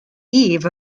eve